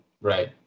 Right